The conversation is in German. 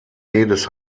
des